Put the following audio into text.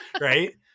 right